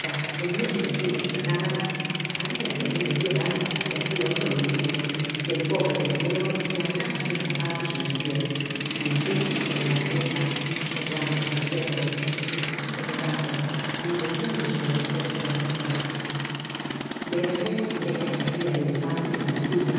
en medio de aquella esplanada habia tenido piedad de aquel otro mendigo del pobre pigmeo que andaba sin zapatos en los pies sin techo sobre la cabeza soplándose los dedos vestido de harapos alimentándose de desperdicios véase de qué servia el elefante de la bastilla